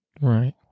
Right